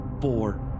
four